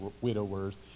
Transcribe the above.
widowers